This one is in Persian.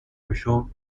بشو